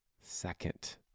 second